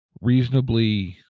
reasonably